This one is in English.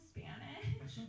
Spanish